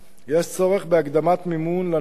יש צורך בהקדמת מימון לנושא,